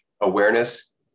awareness